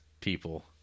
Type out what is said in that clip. people